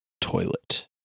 toilet